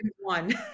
one